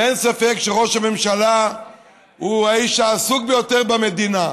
ואין ספק שראש הממשלה הוא האיש העסוק ביותר במדינה.